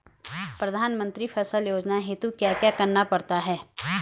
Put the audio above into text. प्रधानमंत्री फसल योजना हेतु क्या क्या करना पड़ता है?